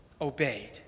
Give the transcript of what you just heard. obeyed